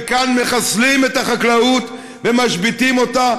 וכאן מחסלים את החקלאות ומשביתים אותה,